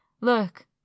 look